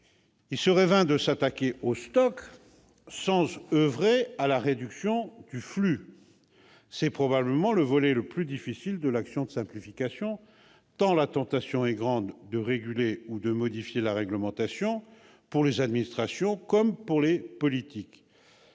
Il serait vain de s'attaquer au stock sans oeuvrer à la réduction du flux : c'est probablement le volet le plus difficile de l'action de simplification, tant la tentation est grande de réguler ou de modifier la réglementation, pour les administrations comme pour les politiques.